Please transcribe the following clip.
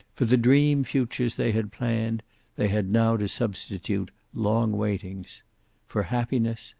for the dream futures they had planned they had now to substitute long waiting for happiness,